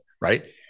right